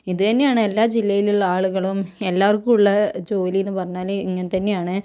ഇതുതന്നെയാണ് എല്ലാ ജില്ലയിലുള്ള ആളുകളും എല്ലാവർക്കുമുള്ള ജോലിയെന്നു പറഞ്ഞാൽ ഇങ്ങനെത്തന്നെയാണ്